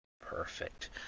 perfect